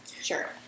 Sure